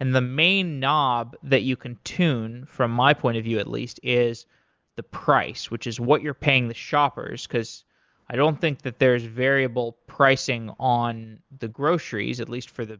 and the main knob that you can tune, from my point of view at least, is the price, which is what you're paying the shoppers, because i don't think that there is variable pricing on the groceries, at least for the